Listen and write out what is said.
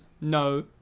no